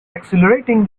accelerating